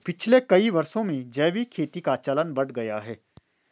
पिछले कई वर्षों में जैविक खेती का चलन बढ़ गया है